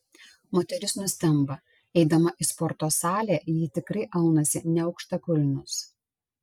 moteris nustemba eidama į sporto salę ji tikrai aunasi ne aukštakulnius